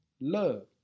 love